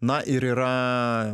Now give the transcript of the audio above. na ir yra